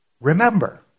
Remember